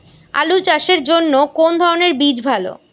আলু চাষের জন্য কোন ধরণের বীজ ভালো?